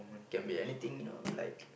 can be anything you know like